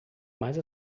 mas